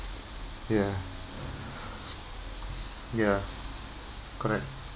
ya ya correct